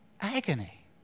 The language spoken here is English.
Agony